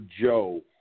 Joe